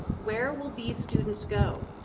where will these students go?